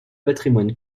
patrimoine